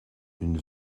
une